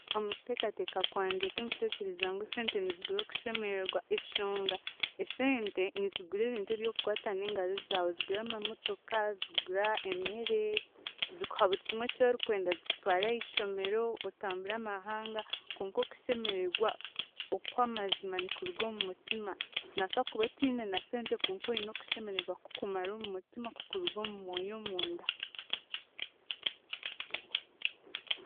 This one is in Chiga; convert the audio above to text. Omu kuteekateeka kwangye tinkuteekyereza ngu esente nizigura okushemeregwa eshonga, esente nizigura ebintu ebyokukwta n'engaro zaawe zigure amamotoka, zigura emere, zikuha buri kimwe eki orikwenda, zikutwara ahiishomero, otambura amahanga konka okushemeregwa okw'amazima nikuruga omu mutima noobaasa kuba otiine na sente konka oine okushemeregwa kukumara omu mutima kukuruga omu mwoyo omunda.